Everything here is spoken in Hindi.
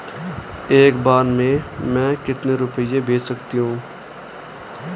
एक बार में मैं कितने रुपये भेज सकती हूँ?